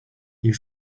you